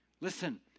Listen